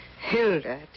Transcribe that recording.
Hilda